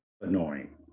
annoying